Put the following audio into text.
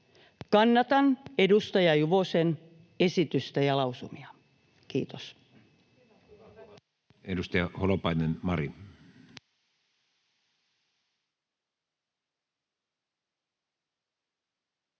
Kannatan edustaja Juvosen esitystä ja lausumia. — Kiitos.